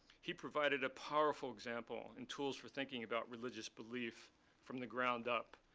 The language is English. he provided a powerful example and tools for thinking about religious belief from the ground up,